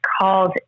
called